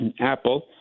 Apple